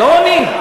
לא עונים.